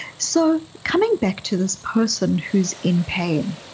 so coming back to this person who's in pain.